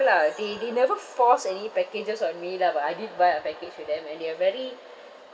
lah they they never force any packages on me lah but I did buy a package with them and they are very